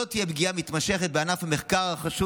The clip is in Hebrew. לא תהיה פגיעה מתמשכת בענף המחקר החשוב